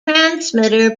transmitter